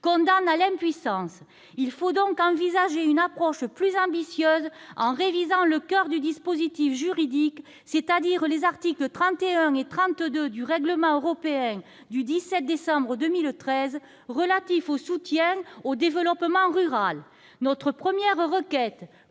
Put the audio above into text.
condamne à l'impuissance. Il faut donc envisager une approche plus ambitieuse en révisant le coeur du dispositif juridique, c'est-à-dire les articles 31 et 32 du règlement européen du 17 décembre 2013 relatif au soutien au développement rural. Notre première requête